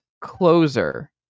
closer